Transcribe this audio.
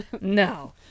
no